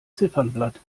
ziffernblatt